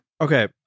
Okay